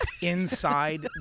inside